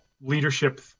leadership